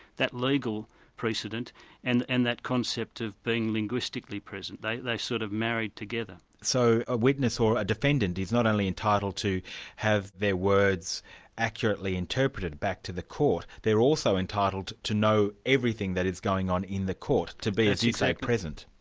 that legal precedent and and that concept of being linguistically present, they're sort of married together. so a witness or a defendant is not only entitled to have their words accurately interpreted back to the court, they're also entitled to know everything that is going on in the court, to be, as you say, present.